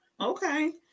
okay